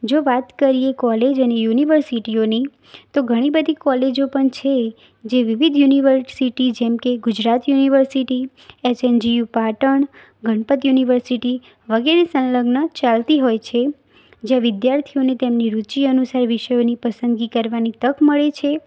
જો વાત કરીએ કોલેજ અને યુનિવર્સિટીઓની તો ઘણી બધી કોલેજો પણ છે જે વિવિધ યુનિવર્સિટી જેમ કે Gujarat university H N G U Patan Ganpat university વગેરે સંલગ્ન ચાલતી હોય છે જ્યાં વિદ્યાર્થીઓને તેમની રૂચિ અનુસાર વિષયોની પસંદગી કરવાની તક મળે છે